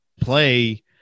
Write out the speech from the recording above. play